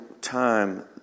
time